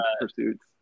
pursuits